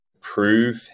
prove